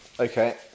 okay